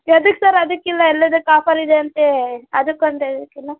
ಎದಕ್ಕೆ ಸರ್ ಅದಕ್ಕಿಲ್ಲ ಎಲ್ಲದಕ್ಕೂ ಆಫರ್ ಇದೆಯಂತೆ ಅದಕ್ಕೊಂದು ಎದಕ್ಕೆ ಇಲ್ಲ